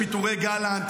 מתי היית בצפון לאחרונה?